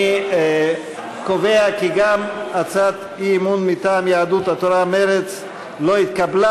אני קובע כי גם הצעת האי-אמון מטעם יהדות התורה ומרצ לא התקבלה,